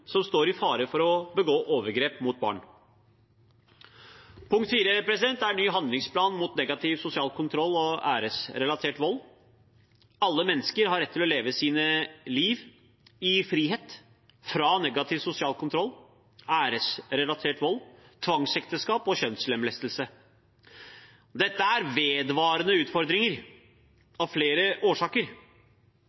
som står i fare for å begå overgrep mot barn Punkt 4 er ny handlingsplan mot negativ sosial kontroll og æresrelatert vold. Alle mennesker har rett til å leve sitt liv i frihet fra negativ sosial kontroll, æresrelatert vold, tvangsekteskap og kjønnslemlestelse. Dette er vedvarende utfordringer,